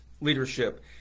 leadership